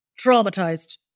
traumatized